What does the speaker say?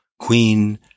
Queen